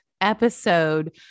episode